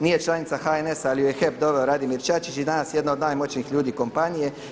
Nije članica HNS-a ali ju je u HEP doveo Radimir Čačić i danas jedna od najmoćnijih ljudi kompanije.